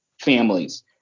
families